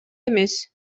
эмес